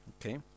Okay